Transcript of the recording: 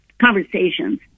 conversations